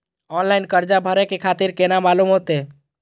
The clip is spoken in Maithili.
ऑनलाइन कर्जा भरे के तारीख केना मालूम होते?